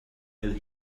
and